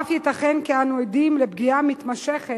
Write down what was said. ואף ייתכן כי אנו עדים לפגיעה מתמשכת